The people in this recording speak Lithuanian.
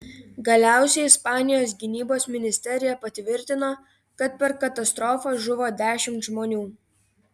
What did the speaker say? galiausiai ispanijos gynybos ministerija patvirtino kad per katastrofą žuvo dešimt žmonių